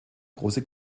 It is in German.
große